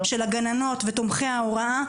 של הגננות ותומכי ההוראה,